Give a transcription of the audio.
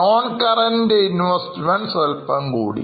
Noncurrent investments സ്വല്പം കൂടി